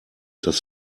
das